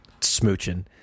smooching